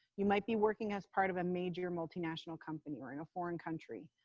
you might be working as part of a major multinational company or in a foreign country.